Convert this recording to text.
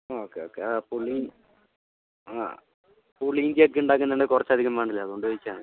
ആ okay okay പുളി പുളിയിഞ്ചിയൊക്കെ ഉണ്ടാക്കുന്നുണ്ടെങ്കിൽ കുറച്ചധികം വേണമല്ലോ അതുകൊണ്ട് ചോദിച്ചതാണ്